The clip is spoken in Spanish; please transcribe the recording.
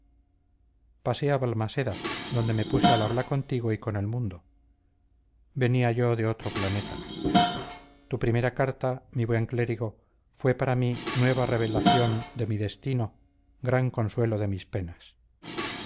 a balmaseda donde me puse al habla contigo y con el mundo venía yo de otro planeta tu primera carta mi buen clérigo fue para mí nueva revelación de mi destino gran consuelo de mis penas